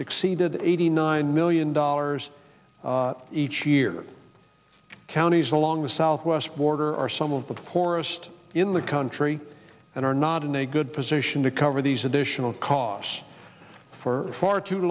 exceeded eighty nine million dollars each year counties along the southwest border are some of the poorest in the country and are not in a good position to cover these additional costs for far too